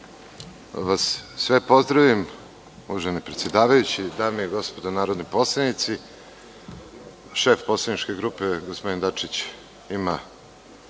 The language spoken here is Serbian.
vas sve pozdravim, uvaženi predsedavajući, dame i gospodo narodni poslanici, šef poslaničke grupe, gospodin Dačić ima